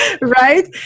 Right